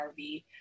RV